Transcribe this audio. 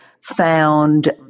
found